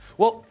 well,